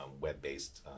web-based